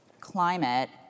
climate